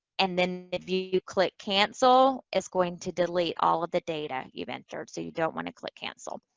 and then if you you click cancel, it's going to delete all of the data you've entered. so, you don't want to click cancel.